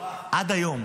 עד היום,